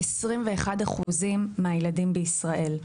ו-21% מהילדים בישראל.